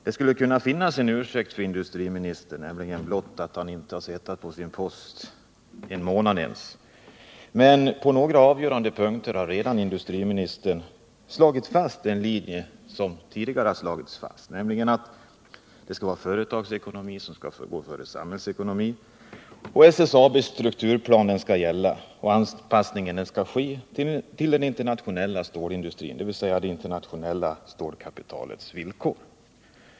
Det skulle kunna finnas en ursäkt för industriministern, nämligen att han inte suttit på sin post en månad ens, men på några avgörande punkter har industriministern redan slagit fast en linje som tidigare har utstakats, nämligen att företagsekonomiska bedömningar skall gå före samhällsekonomiska och att SSAB:s strukturplan skall gälla. Anpassning skall ske till den internationella stålindustrin, dvs. det internationella stålkapitalets villkor.